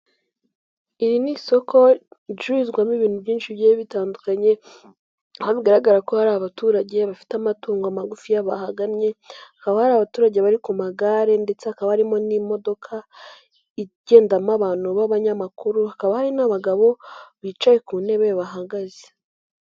Iri ni isoko ricururizwamo ibintu byinshi bigiye bitandukanye aho bigaragara ko hari abaturage bafite amatungo magufiya bahagannye, hakaba hari abaturage bari ku magare ndetse hakaba harimo n'imodoka igendamo abantu b'abanyamakuru hakaba hari n'abagabo bicaye ku ntebe bahagaze.